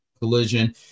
Collision